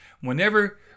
Whenever